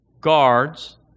guards